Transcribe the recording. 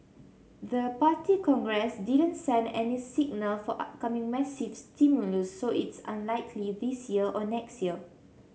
the Party Congress didn't send any signal for upcoming massive stimulus so it's unlikely this year or next year